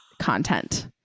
content